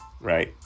Right